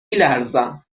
لرزم